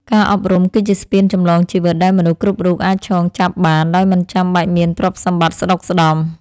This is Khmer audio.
ការអប់រំ គឺជាស្ពានចម្លងជីវិតដែលមនុស្សគ្រប់រូបអាចឈោងចាប់បានដោយមិនចាំបាច់មានទ្រព្យសម្បត្តិស្ដុកស្ដម្ភ។